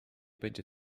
będzie